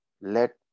Let